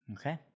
Okay